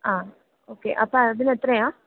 ആഹ് okay appam അതിനെത്രയാ